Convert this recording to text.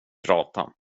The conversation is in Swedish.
prata